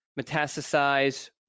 metastasize